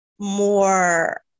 more